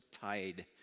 tide